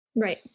Right